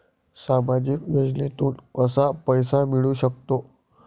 सामाजिक योजनेतून कसा पैसा मिळू सकतो?